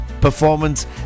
performance